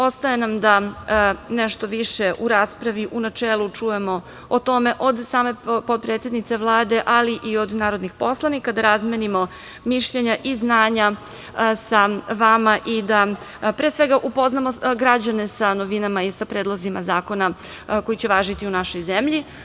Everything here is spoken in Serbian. Ostaje nam da nešto više u raspravi u načelu čujemo o tome od same potpredsednice Vlade, ali i od narodnih poslanika, da razmenimo mišljenja i znanja sa vama i da, pre svega, upoznamo građane sa novinama i sa predlozima zakona koji će važiti u našoj zemlji.